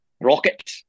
Rocket